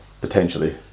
Potentially